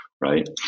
right